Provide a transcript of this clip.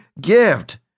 gift